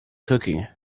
cooking